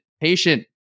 patient